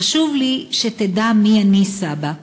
חשוב לי שתדע מי אני, סבא.